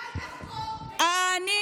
באמת, אולי.